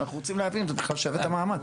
אנחנו רוצים להבין אם זה בכלל שווה את המאמץ.